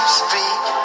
speak